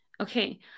Okay